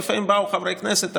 ולפעמים באו חברי כנסת ואמרו: